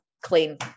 clean